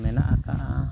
ᱢᱮᱱᱟᱜ ᱟᱠᱟᱜᱼᱟ